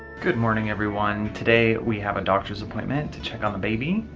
good morning everyone. today we have a doctor's appointment to check on the baby,